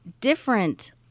different